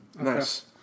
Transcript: nice